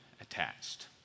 attached